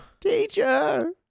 Teacher